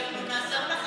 אנחנו נעזור לך